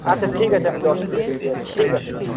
আচ্ছা ঠিক আছে আমি দশ প্লেট নিয়ে আসছি ঠিক আছে রাখ